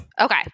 Okay